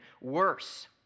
worse